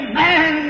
man